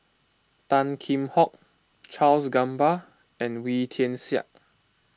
Tan Kheam Hock Charles Gamba and Wee Tian Siak